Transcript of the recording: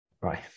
Right